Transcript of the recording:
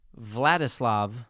Vladislav